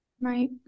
Right